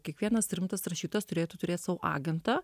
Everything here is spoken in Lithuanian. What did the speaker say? kiekvienas rimtas rašytojas turėtų turėt sau agentą